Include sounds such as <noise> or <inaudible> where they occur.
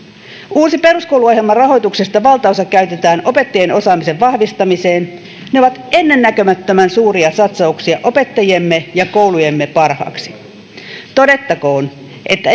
uusi peruskoulu ohjelman rahoituksesta valtaosa käytetään opettajien osaamisen vahvistamiseen ne ovat ennennäkemättömän suuria satsauksia opettajiemme ja koulujemme parhaaksi todettakoon että <unintelligible>